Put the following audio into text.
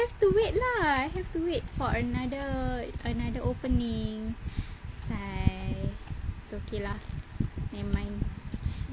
I have to wait lah I have to wait for another another opening sigh it's okay lah never mind